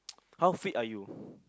how fit are you